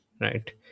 Right